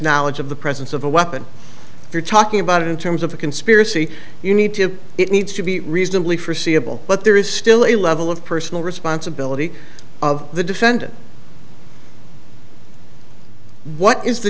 knowledge of the presence of a weapon you're talking about in terms of a conspiracy you need to have it needs to be reasonably forseeable but there is still a level of personal responsibility of the defendant what is the